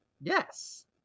Yes